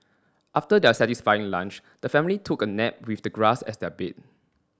after their satisfying lunch the family took a nap with the grass as their bed